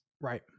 Right